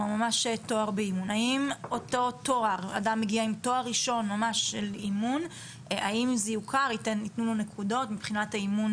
האם תואר ראשון באימון יוכר ייתנו לו נקודות מבחינת האימון